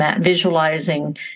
visualizing